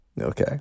Okay